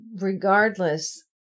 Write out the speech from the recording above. regardless